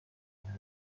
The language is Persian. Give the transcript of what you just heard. بیدار